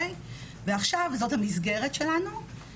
ועכשיו, זאת המסגרת שלנו.